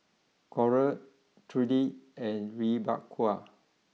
Coral Trudy and Rebekah